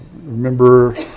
Remember